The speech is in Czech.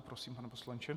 Prosím, pane poslanče.